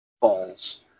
balls